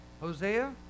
Hosea